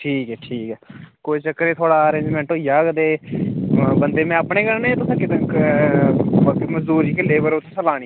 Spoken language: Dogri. ठीक ऐ ठीक ऐ कोई चक्कर नेईं थुआढ़ा अरेंजमैंट होई जाह्ग ते बंदे में अपने गै आह्न्ने जां तुसें कीते क कोई मजदूर जेह्के लेबर उत्थै लानी